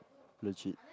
legit